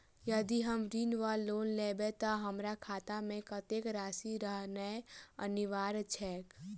यदि हम ऋण वा लोन लेबै तऽ हमरा खाता मे कत्तेक राशि रहनैय अनिवार्य छैक?